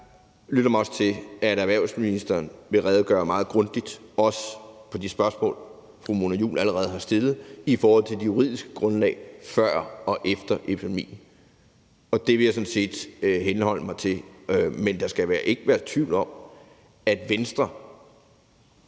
Jeg lytter mig også frem til, at erhvervsministeren vil redegøre meget grundigt, også for de spørgsmål, fru Mona Juul allerede har stillet, i forhold til det juridiske grundlag før og efter epidemien, og det vil jeg sådan set henholde mig til. Men der skal ikke være tvivl om, at Venstre